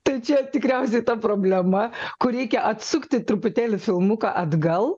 tai čia tikriausiai ta problema kur reikia atsukti truputėlį filmuką atgal